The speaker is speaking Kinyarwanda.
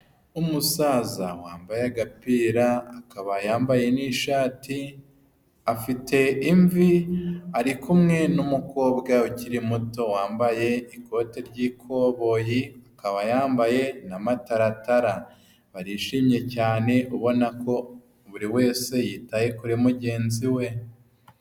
Umusaza wambaye agapira, akaba yambaye n'ishati, afite imvi, ari kumwe n'umukobwa ukiri muto, wambaye ikote ry'ikoboyi, akaba yambaye n'amataratara. Barishimye cyane, ubona ko buri wese yitaye kuri mugenzi we.